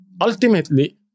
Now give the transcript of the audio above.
Ultimately